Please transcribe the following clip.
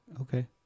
Okay